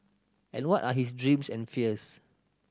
and what are his dreams and fears